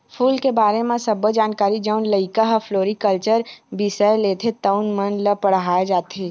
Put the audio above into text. फूल के बारे म सब्बो जानकारी जउन लइका ह फ्लोरिकलचर बिसय लेथे तउन मन ल पड़हाय जाथे